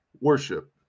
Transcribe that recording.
worship